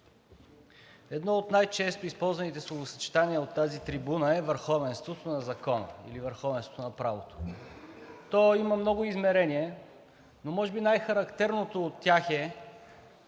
Едно от най-често използваните словосъчетания от тази трибуна е върховенството на закона или върховенството на правото. То има много измерения, но може би най-характерното от тях е,